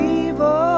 evil